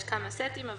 יש כמה סטים,